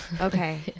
Okay